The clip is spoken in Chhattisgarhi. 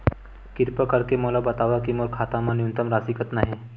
किरपा करके मोला बतावव कि मोर खाता मा न्यूनतम राशि कतना हे